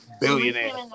Billionaire